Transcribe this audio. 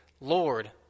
Lord